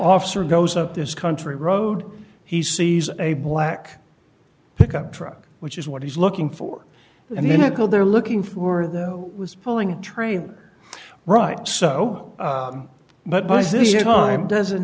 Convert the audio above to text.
officer goes up this country road he sees a black pickup truck which is what he's looking for and then i go there looking for though it was pulling a trailer right so but by this time doesn't